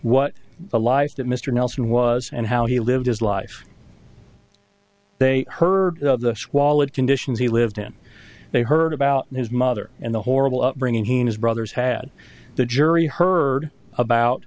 what a life that mr nelson was and how he lived his life they heard the wall of conditions he lived in they heard about his mother and the horrible upbringing he and his brothers had the jury heard about